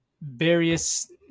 various